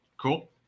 Cool